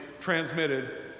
transmitted